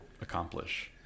accomplish